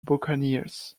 buccaneers